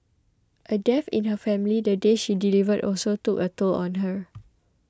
a death in her family the day she delivered also took a toll on her